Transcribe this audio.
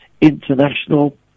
international